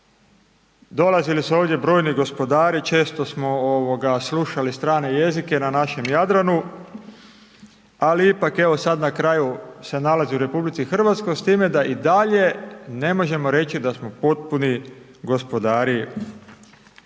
Dolazili su ovdje brojni gospodari, često smo slušali strane jezike na našem Jadranu, ali ipak evo sad na kraju se nalazi u RH s time da i dalje ne možemo reći da smo potpuni gospodari